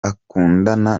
akundana